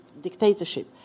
dictatorship